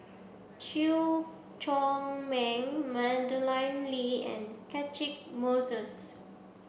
Chew Chor Meng Madeleine Lee and Catchick Moses